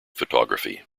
photography